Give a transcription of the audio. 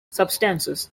substances